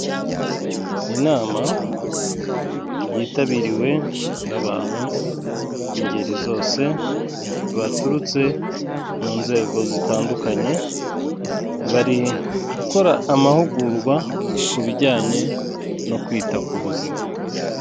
Inama yitabiriwe n'abantu b'ingeri zose, baturutse mu nzego zitandukanye, bari gukora amahugurwa ku bijyanye no kwita ku buzima.